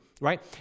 right